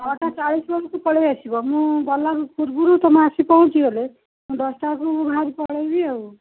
ନଅଟା ଚାଳିଶ ବେଳକୁ ପଳାଇ ଆସିବ ମୁଁ ଗଲା ପୂର୍ବରୁ ତମେ ଆସି ପହଞ୍ଚି ଗଲେ ମୁଁ ଦଶଟାକୁ ବାହାରିକି ପଳାଇବି ଆଉ